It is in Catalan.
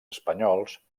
espanyols